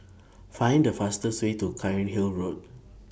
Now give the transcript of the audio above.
Find The fastest Way to Cairnhill Road